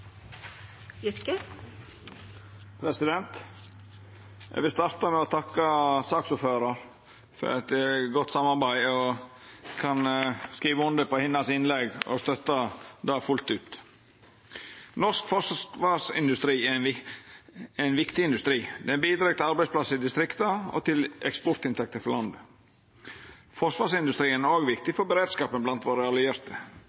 vil starta med å takka saksordføraren for eit godt samarbeid. Eg kan skriva under på innlegget hennar og støttar det fullt ut. Norsk forsvarsindustri er ein viktig industri. Han bidreg til arbeidsplassar i distrikta og til eksportinntekter for landet. Forsvarsindustrien er òg viktig for beredskapen blant våre allierte.